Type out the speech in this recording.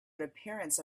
appearance